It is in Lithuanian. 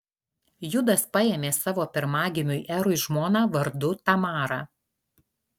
judas paėmė savo pirmagimiui erui žmoną vardu tamara